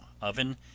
oven